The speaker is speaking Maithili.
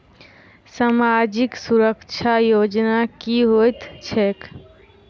सामाजिक सुरक्षा योजना की होइत छैक?